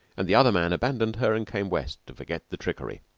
and the other man abandoned her and came west to forget the trickery.